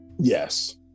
Yes